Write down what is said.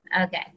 Okay